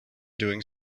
doing